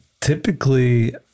typically